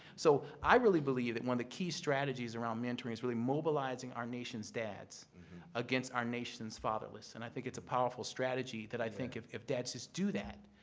so i really believe that one of the key strategies around mentoring is really mobilizing our nation's dads against our nation's fatherless. and i think it's a powerful strategy that, i think if if dad's just do that,